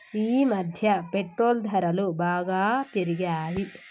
ఈమధ్య పెట్రోల్ ధరలు బాగా పెరిగాయి